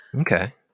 Okay